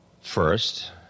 First